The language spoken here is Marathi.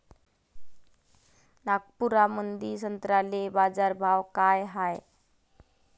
नागपुरामंदी संत्र्याले बाजारभाव काय हाय?